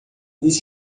disse